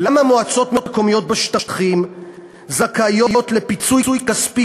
למה מועצות מקומיות בשטחים זכאיות לפיצוי כספי